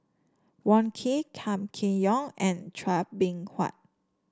Wong Keen Kam Kee Yong and Chua Beng Huat